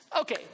okay